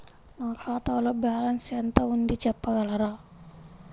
నా ఖాతాలో బ్యాలన్స్ ఎంత ఉంది చెప్పగలరా?